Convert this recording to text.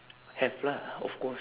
have lah of course